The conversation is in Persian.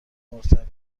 مرتبط